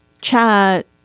chat